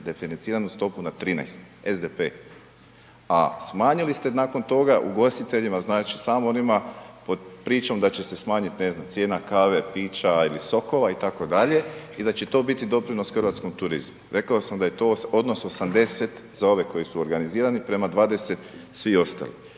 definanciranu stopu na 13 SDP, a smanjili ste nakon toga ugostiteljima znači samo onima, pod pričom da će se smanjit ne znam cijena kave, pića ili sokova itd., i da će to biti doprinos hrvatskom turizmu. Rekao sam da je to odnos 80 za ove koji su organizirani prema 20 svi ostali.